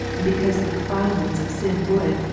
because the defile ment of sin would,